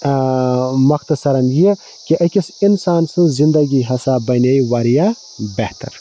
موٚختٕثَرَن یہِ کہِ أکِس اِنسان سٕنٛز زِندگی ہَسا بنے واریاہ بہتر